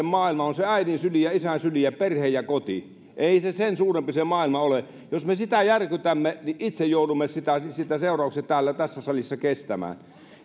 maailma on äidin syli ja isän syli ja perhe ja koti ei se sen suurempi se maailma ole jos me sitä järkytämme niin itse joudumme siitä seuraukset tässä salissa kestämään